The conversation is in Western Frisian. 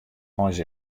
eins